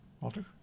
Walter